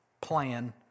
plan